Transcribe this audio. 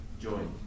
join